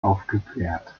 aufgeklärt